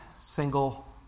single